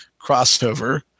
Crossover